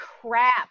crap